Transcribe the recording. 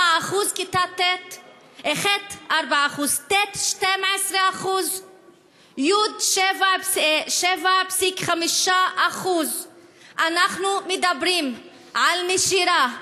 כיתה ח' 4%; ט' 12%; י' 7.5%. אנחנו מדברים על נשירה,